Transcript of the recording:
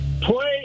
play